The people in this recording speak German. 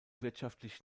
wirtschaftlich